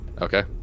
Okay